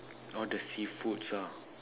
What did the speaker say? all the seafood ah